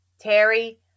Terry